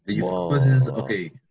Okay